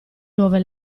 nuove